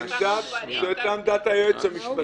לא את עמדת היועץ המשפטי.